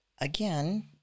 again